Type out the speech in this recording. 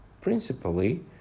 Principally